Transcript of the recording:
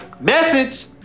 Message